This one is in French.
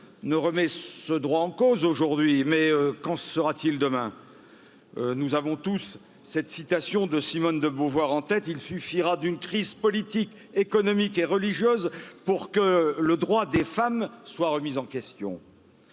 ne remet ce droit en cause aujourd'hui mais quand sera t il demain? Nous avons tous cette citation de Beauvoir en tête Il suffira d'une crise politique, économique et religieuse pour que le droit des femmes soient remis en question.